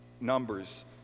Numbers